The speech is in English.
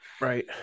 right